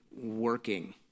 working